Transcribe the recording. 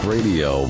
Radio